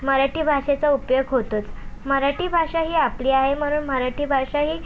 मराठी भाषेचा उपयोग होतोच मराठी भाषा ही आपली आहे म्हणून मराठी भाषा ही